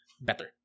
better